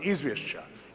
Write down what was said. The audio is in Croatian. Izvješća.